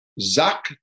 Zach